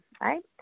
right